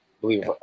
believe